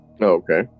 okay